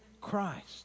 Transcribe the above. Christ